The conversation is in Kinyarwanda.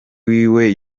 wiwe